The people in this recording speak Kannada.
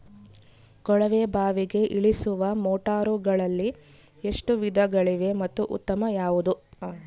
ಕೊಳವೆ ಬಾವಿಗೆ ಇಳಿಸುವ ಮೋಟಾರುಗಳಲ್ಲಿ ಎಷ್ಟು ವಿಧಗಳಿವೆ ಮತ್ತು ಉತ್ತಮ ಯಾವುದು?